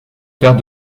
père